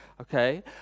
okay